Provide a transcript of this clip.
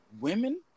women